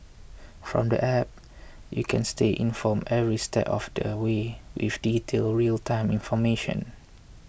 from the App you can stay informed every step of the way with detailed real time information